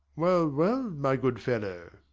well, well, my good fellow